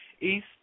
East